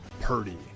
Purdy